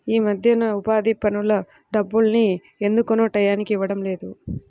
యీ మద్దెన ఉపాధి పనుల డబ్బుల్ని ఎందుకనో టైయ్యానికి ఇవ్వడం లేదు